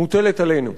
מוטלת עלינו.